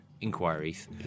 inquiries